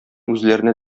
үзләренә